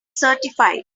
certified